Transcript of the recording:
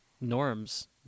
norms